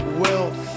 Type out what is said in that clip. wealth